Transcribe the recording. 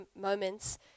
moments